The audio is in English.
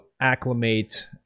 acclimate